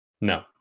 no